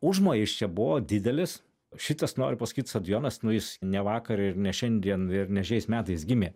užmojis čia buvo didelis šitas noriu pasakyt stadionas nu jis ne vakar ir ne šiandien ir nes šiais metais gimė